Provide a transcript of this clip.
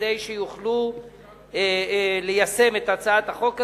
כדי שיוכלו ליישם את הצעת החוק הזאת,